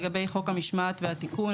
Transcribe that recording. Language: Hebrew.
לגבי חוק המשמעת והתיקון,